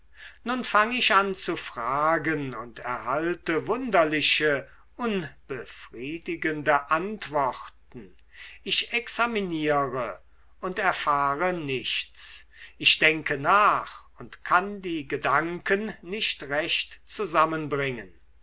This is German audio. nun fang ich an zu fragen und erhalte wunderliche unbefriedigende antworten ich examiniere und erfahre nichts ich denke nach und kann die gedanken nicht recht zusammenbringen